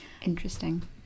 Interesting